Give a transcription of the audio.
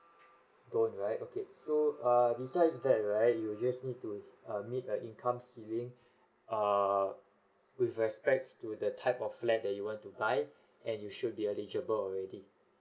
don't right okay so err besides that right you'll just need to uh meet a income ceiling err with respect to the type of flat that you want to buy and you should be eligible already